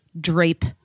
drape